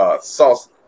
Sauce